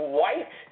white